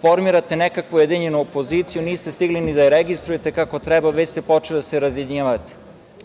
Formirate nekakvu ujedinjenu opoziciju, niste stigli ni da je registrujete kako treba, već ste počeli da se razjedinjavate,